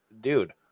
dude